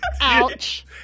Ouch